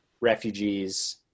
refugees